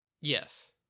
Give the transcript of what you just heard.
Yes